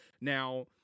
Now